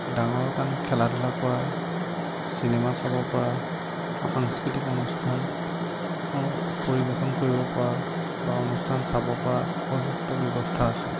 ডাঙৰৰ কাৰণে খেলা ধূলা কৰা চিনেমা চাব পৰা সাংস্কৃতিক অনুষ্ঠান পৰিৱেশন কৰিব পৰা বা অনুষ্ঠান চাব পৰা উপযুক্ত ব্যৱস্থা আছে